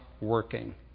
working